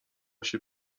się